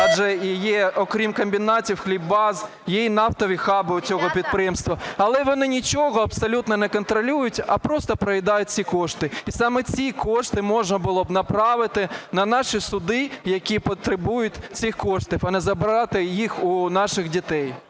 Адже окрім комбінатів, хліббаз є і нафтові хаби у цього підприємства, але вони нічого абсолютно не контролюють, а просто поїдають ці кошти. І саме ці кошти можна було б направити на наші суди, які потребують цих коштів, а не забирати їх у наших дітей.